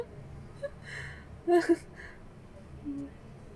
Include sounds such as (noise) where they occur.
(laughs)